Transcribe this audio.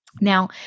now